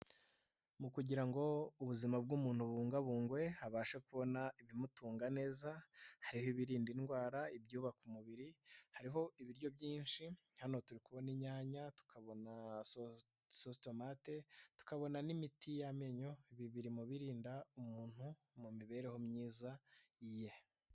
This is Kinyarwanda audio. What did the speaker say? Mu kugira ngo ubuzima bw'umuntu bubungabungwe abashe kubona ibimutunga neza hriho ibiririnda indwara, ibyubaka umubiri hariho ibiryo byinshi, hano turi kubona inyanya, tukabona sositomate, tukabona n'imiti y'amenyo, ibi biri mu birinda umuntu mu mibereho myiza ye.